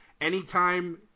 anytime